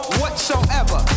whatsoever